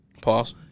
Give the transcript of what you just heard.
Pause